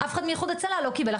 אף אחד מאיחוד הצלה לא קיבל,